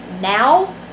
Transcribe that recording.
now